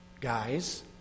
guys